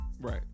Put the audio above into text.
Right